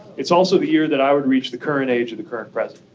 it's also the year that i would reach the current age of the current president.